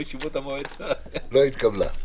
הצבעה ההסתייגות לא אושרה.